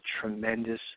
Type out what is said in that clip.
tremendous